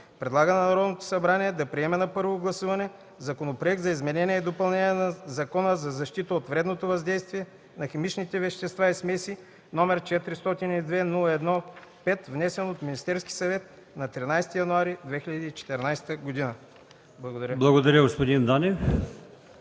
Предлага на Народното събрание да приеме на първо гласуване Законопроект за изменение и допълнение на Закона за защита от вредното въздействие на химичните вещества и смеси, № 402-01-5, внесен от Министерски съвет на 13. 01. 2014 г.” ПРЕДСЕДАТЕЛ АЛИОСМАН ИМАМОВ: Благодаря Ви, господин Данев.